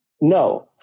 No